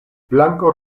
blanko